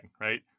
right